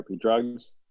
drugs